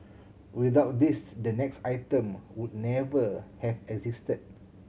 without this the next item would never have existed